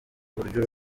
uburyo